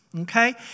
okay